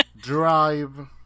Drive